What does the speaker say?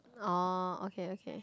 oh okay okay